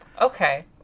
Okay